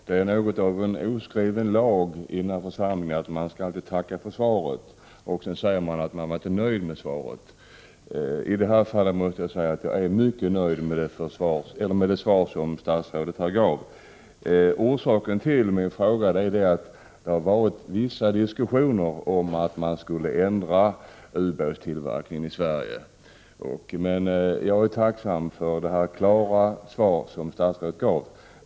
Fru talman! Det är en oskriven lag i den här församlingen att man skall tacka för svaret och sedan säga att man inte är nöjd med det. I detta fall måste jag säga att jag är mycket nöjd med det svar som statsrådet gav. Orsaken till min fråga är att det har förts vissa diskussioner om att ändra ubåtstillverkningen i Sverige, men jag är tacksam för det klara svar som statsrådet gav.